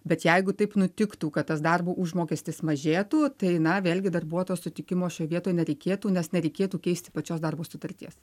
bet jeigu taip nutiktų kad tas darbo užmokestis mažėtų tai na vėlgi darbuotojo sutikimo šioj vietoj nereikėtų nes nereikėtų keisti pačios darbo sutarties